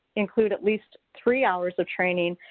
include at least three hours of training,